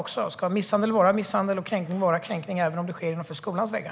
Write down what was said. Ska inte misshandel vara misshandel och kränkning vara kränkning även om det sker innanför skolans väggar?